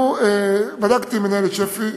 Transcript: בדקתי עם מנהלת שפ"י,